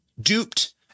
duped